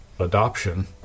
adoption